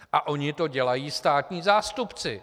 A oni to dělají státní zástupci!